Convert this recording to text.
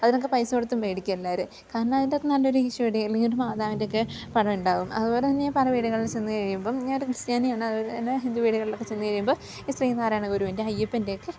അതിനൊക്കെ പൈസ കൊടുത്തു മേടിക്കും എല്ലാവരും കാരണം അതിൻറ്റകത്ത് നല്ലൊരീശോയുടേ അല്ലെങ്കിൽ ഒരു മാതാവിൻ്റെയൊക്കെ പടം ഉണ്ടാകും അതുപോലെ തന്നെ പല വീടുകളിലും ചെന്നു കഴിയുമ്പം ഞാൻ ഒരു ക്രിസ്ത്യാനിയാണ് അതു കൊണ്ടു തന്നെ ഹിന്ദു വീടുകളിലൊക്കെ ചെന്നു കഴിയുമ്പോൾ ഈ ശ്രീ നാരായണ ഗുരുവിൻ്റെ അയ്യപ്പൻ്റെയൊക്കെ